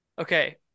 Okay